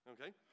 Okay